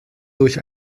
durch